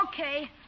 Okay